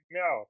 no